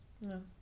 No